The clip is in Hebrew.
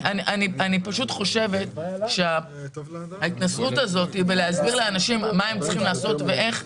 אני פשוט חושבת שההתנשאות הזאת בלהסביר לאנשים מה הם צריכים לעשות ואיך,